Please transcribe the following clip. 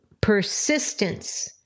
persistence